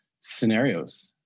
scenarios